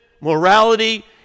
morality